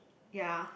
ya